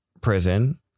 prison